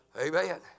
Amen